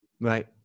Right